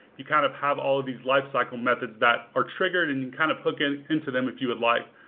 you kind of have all of these lifecycle methods that are triggered and and kind of hook and into them if you would like.